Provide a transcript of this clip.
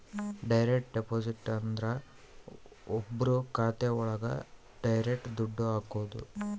direct deposit ಅಂದ್ರ ಒಬ್ರು ಖಾತೆ ಒಳಗ ಡೈರೆಕ್ಟ್ ದುಡ್ಡು ಹಾಕೋದು